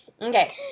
Okay